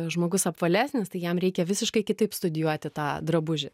žmogus apvalesnis tai jam reikia visiškai kitaip studijuoti tą drabužį